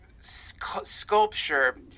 sculpture